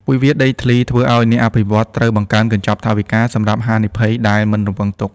វិវាទដីធ្លីធ្វើឱ្យអ្នកអភិវឌ្ឍន៍ត្រូវបង្កើនកញ្ចប់ថវិកា សម្រាប់ហានិភ័យដែលមិនរំពឹងទុក។